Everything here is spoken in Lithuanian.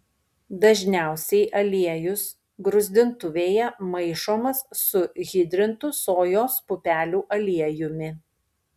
dažniausiai aliejus gruzdintuvėje maišomas su hidrintu sojos pupelių aliejumi